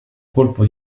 colpo